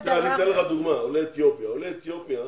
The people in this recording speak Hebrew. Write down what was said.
למשל, עולי אתיופיה,